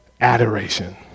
adoration